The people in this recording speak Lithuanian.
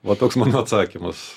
va toks mano atsakymas